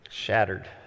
shattered